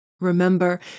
Remember